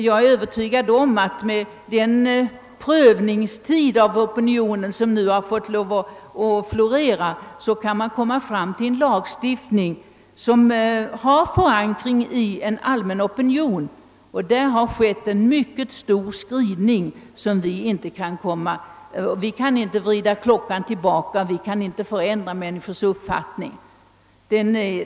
Jag är övertygad om att det nu kan genomföras en lagstiftning beträffande pornografin som har förankring i den allmänna opinionen. Vi kan inte vrida klockan tillbaka och ändra människornas uppfattning.